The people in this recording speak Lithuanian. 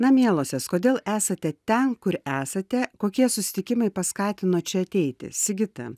na mielosios kodėl esate ten kur esate kokie susitikimai paskatino čia ateiti sigita